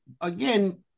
Again